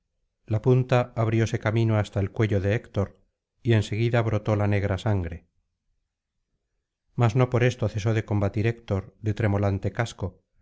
la punta abrióse camino hasta el cuello de héctor y en seguida brotó la negra sangre mas no por esto cesó de combatir héctor de tremolante casco